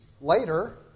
later